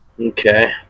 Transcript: Okay